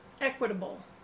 equitable